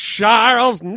Charles